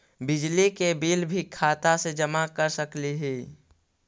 बिजली के बिल भी खाता से जमा कर सकली ही?